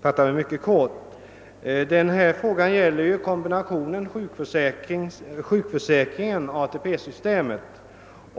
fatta mig mycket kort. Denna fråga gäller kombinationen sjukförsäkringen — ATP-systemet.